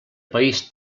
país